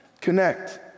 Connect